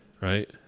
right